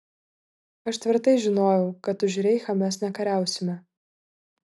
aš tvirtai žinojau kad už reichą mes nekariausime